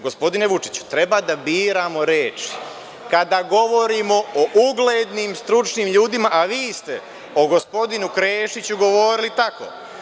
Gospodine Vučiću, treba da biramo reči kada govorimo o uglednim stručnim ljudima, a vi ste o gospodinu Krešiću govorili tako.